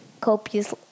Copious